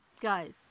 guys